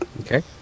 Okay